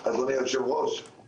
עם יושבת-ראש אחרת שהייתה.